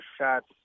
shots